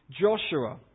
Joshua